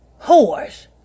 Whores